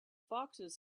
foxes